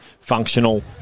functional